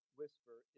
whisper